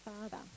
father